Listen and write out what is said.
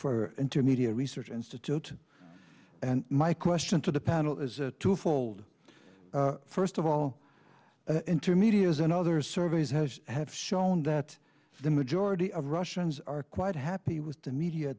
for intermedia research institute and my question to the panel is twofold first of all intermediaries and other surveys has had shown that the majority of russians are quite happy with the media